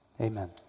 amen